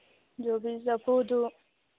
ꯌꯣꯕꯤ ꯆꯐꯨꯗꯨ